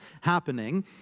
happening